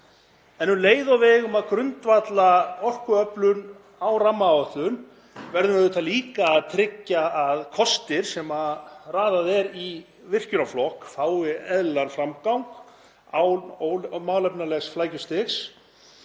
En um leið og við eigum að grundvalla orkuöflun á rammaáætlun verðum við líka að tryggja að kostir sem raðað er í virkjunarflokk fái eðlilegan framgang án ómálefnalegs flækjustigs